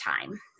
time